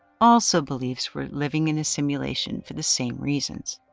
also beliefs we're living in a simulation for the same reasons.